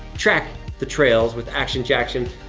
track the trails with action jackson,